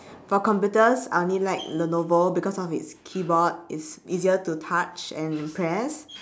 for computers I only like lenovo because of it's keyboard it's easier to touch and press